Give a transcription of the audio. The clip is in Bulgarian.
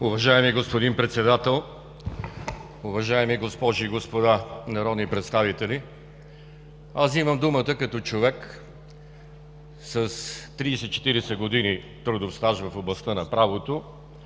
Уважаеми господин Председател, уважаеми госпожи и господа народни представители! Аз взимам думата като човек с тридесет-четиридесет години трудов стаж в областта на правото